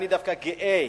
אני גאה.